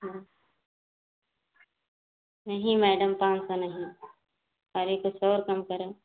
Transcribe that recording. हाँ नहीं मैडम पाँच सौ नहीं अरे कुछ और कम करो